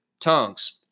tongues